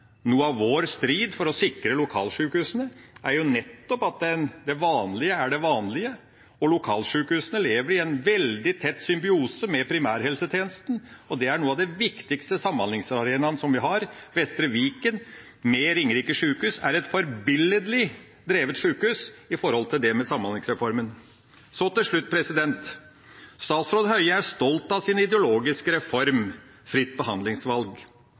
Noe av vår strid for å sikre lokalsykehusene er nettopp at det vanlige er det vanlige, og lokalsykehusene lever i en veldig tett symbiose med primærhelsetjenesten, og det er noen av de viktigste samhandlingsarenaene vi har. Vestre Viken har med Ringerike sykehus et forbilledlig drevet sykehus i forhold til Samhandlingsreformen. Så til slutt: Statsråd Høie er stolt av sin ideologiske reform, fritt behandlingsvalg.